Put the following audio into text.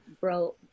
bro